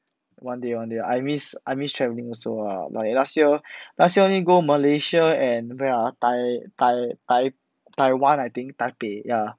one day one day I miss I miss travelling also lah my last year last year only go malaysia and where ah tai~ tai~ tai~taiwani think 台北 ya